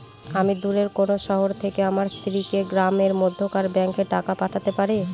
আমি দূরের কোনো শহর থেকে আমার স্ত্রীকে গ্রামের মধ্যেকার ব্যাংকে টাকা পাঠাতে পারি?